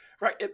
Right